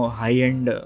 high-end